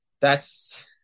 thats